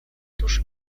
tuż